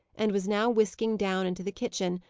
and was now whisking down into the kitchen,